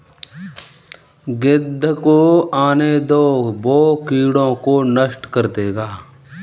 गिद्ध को आने दो, वो कीड़ों को नष्ट कर देगा